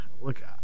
look